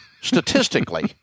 statistically